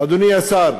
השר,